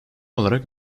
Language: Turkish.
olarak